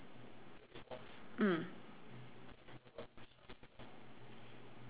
mm